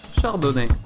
chardonnay